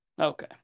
okay